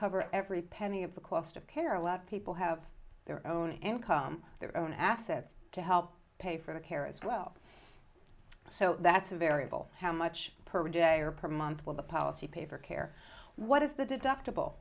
cover every penny of the cost of care a lot of people have their own income their own assets to help pay for the care as well so that's a variable how much per day or per month will the policy paper care what is the deductible